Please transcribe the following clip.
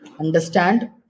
understand